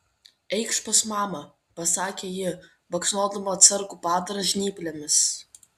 eikš pas mamą pasakė ji baksnodama atsargų padarą žnyplėmis